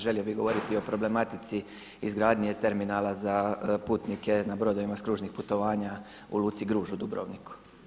Želio bi govoriti o problematici izgradnje terminala za putnike na brodovima s kružnih putovanja u Luci Gruž u Dubrovniku.